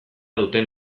duten